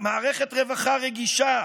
מערכת רווחה רגישה,